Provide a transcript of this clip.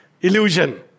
Illusion